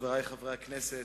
חברי חברי הכנסת,